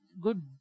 good